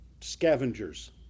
scavengers